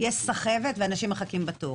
- יש סחבת ואנשים מחכים בתור.